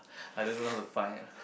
I don't even know how to find